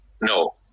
No